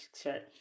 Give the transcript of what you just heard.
shirt